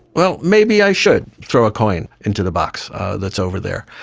well, maybe i should throw a coin into the box that's over there.